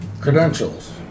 credentials